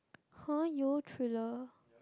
!huh! you thriller